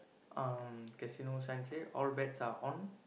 um casino sign say all bets are on